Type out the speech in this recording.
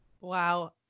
Wow